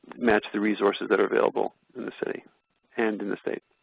match the resources that are available in the city and in the state.